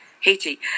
Haiti